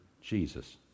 Jesus